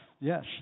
yes